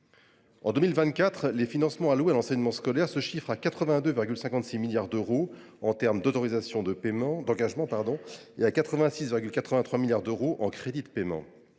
En 2024, les financements alloués à l’enseignement scolaire se chiffrent à 82,56 milliards d’euros en autorisations d’engagement et à 86,83 milliards d’euros en crédits de paiement,